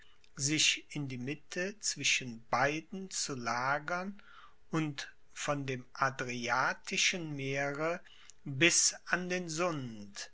sich in die mitte zwischen beiden zu lagern und von dem adriatischen meere bis an den sund